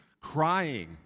crying